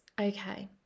okay